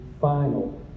final